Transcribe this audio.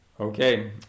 Okay